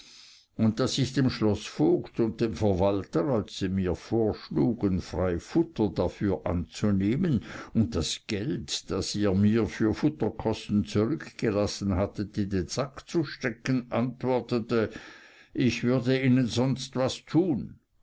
und daß ich dem schloßvogt und dem verwalter als sie mir vorschlugen frei futter dafür anzunehmen und das geld das ihr mir für futterkosten zurückgelassen hattet in den sack zu stecken antwortete ich würde ihnen sonstwas tun